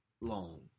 long